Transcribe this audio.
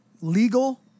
legal